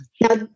Now